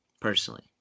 personally